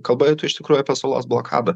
kalba eitų iš tikrųjų apie salos blokadą